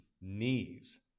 knees